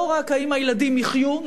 לא רק אם הילדים יחיו,